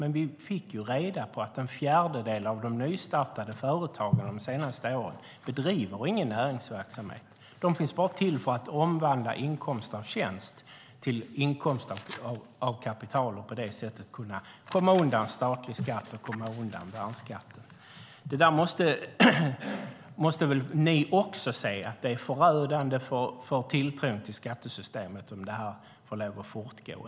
Men vi fick ju reda på att en fjärdedel av de företag som hade nystartats under de senaste åren inte bedriver någon näringsverksamhet utan bara finns till för att omvandla inkomst av tjänst till inkomst av kapital och på det sättet komma undan statlig skatt och komma undan värnskatten. Även ni måste väl se att det är förödande för tilltron till skattesystemet om det får lov att fortgå.